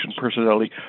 personality